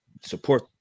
support